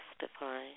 justify